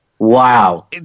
Wow